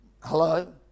Hello